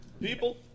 People